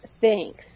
thanks